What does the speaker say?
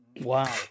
Wow